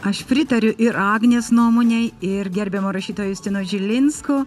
aš pritariu ir agnės nuomonei ir gerbiamo rašytojo justino žilinsko